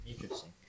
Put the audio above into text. Interesting